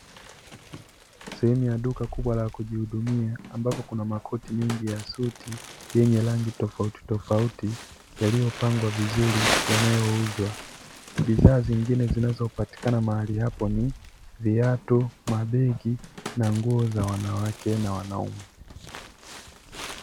Sehemu ya duka kubwa lakujihudumia ambapo kuna makoti mengi ya suti yenye rangi tofauti tofauti yaliyopangwa vizuri yanayouuzwa. Bidhaa zingine zinazopatikana mahali hapo ni viatu, mabegi na nguo za wanawake na wanaume.